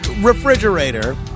refrigerator